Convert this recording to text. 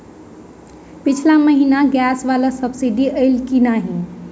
पिछला महीना गैस वला सब्सिडी ऐलई की नहि?